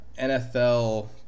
NFL